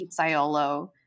pizzaiolo